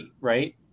right